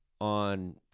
on